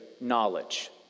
knowledge